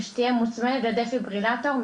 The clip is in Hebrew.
ושתהיה מוצמדת ע"י דפיברילטור,